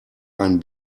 einen